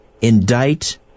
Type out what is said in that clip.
indict